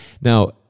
now